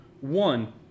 One